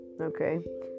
okay